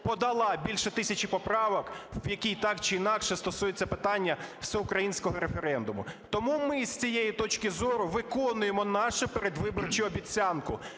подала більше 1 тисячі поправок, які так чи інакше стосуються питання всеукраїнського референдуму. Тому ми з цієї точки зору виконуємо нашу передвиборчу обіцянку